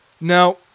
now